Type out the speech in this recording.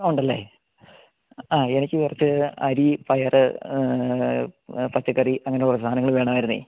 ഉണ്ടല്ലെ ആ എനിക്ക് കുറച്ച് അരി പയറ് പച്ചക്കറി അങ്ങനെ കുറച്ച് സാധന വേണമായിരുന്നു